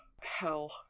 Hell